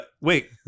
Wait